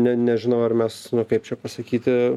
ne nežinau ar mes kaip čia pasakyti